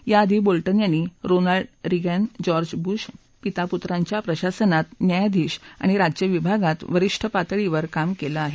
या आधी बोलटन यांनी रोनाल्ड रिग्मि जॉर्ज ब्रश पिता पत्रांच्या प्रशासनात न्यायाधीश आणि राज्य विभागात वरिष्ठ पातसालीवर काम केलं आहे